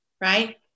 right